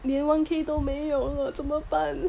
连 one K 都没有哦怎么办